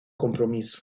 compromiso